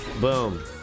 boom